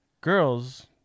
Girls